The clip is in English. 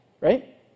right